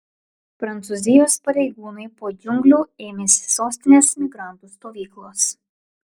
prancūzijos pareigūnai po džiunglių ėmėsi sostinės migrantų stovyklos